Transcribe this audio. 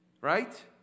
right